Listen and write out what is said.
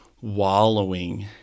wallowing